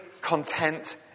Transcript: content